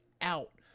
out